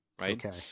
right